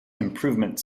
improvement